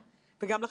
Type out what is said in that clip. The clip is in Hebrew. אבל אני מכירה אותך,